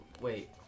wait